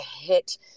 hit